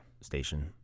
station